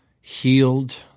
healed